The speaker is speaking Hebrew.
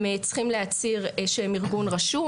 הם צריכים להצהיר שהם ארגון רשום,